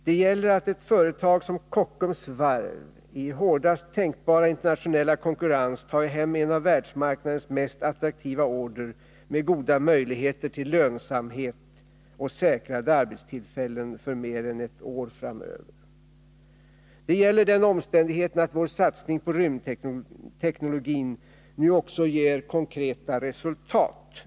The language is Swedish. Det gäller att ett företag som Kockums Varv i hårdaste tänkbara internationella konkurrens tagit hem en av världsmarknadens mest attraktiva order med goda möjligheter till lönsamhet och säkrade arbetstillfällen för mer än ett år framöver. Det gäller den omständigheten att vår satsning på rymdteknologin nu också ger resultat.